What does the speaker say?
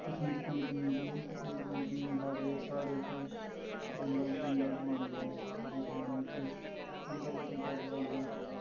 बसंतपंचमीं जियां बसंतपंचमीं साढ़े इत्थै पचंगां पतुंगा डोआंदे ऐ बड़े शैह्रें बिच्च पतंगा पतुंगा डोआइयै